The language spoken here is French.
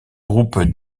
groupe